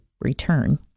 return